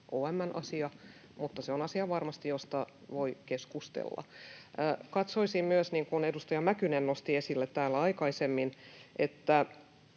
OM:n asia, mutta se on varmasti asia, josta voi keskustella. Katsoisin myös, niin kuin edustaja Mäkynen nosti esille täällä aikaisemmin, että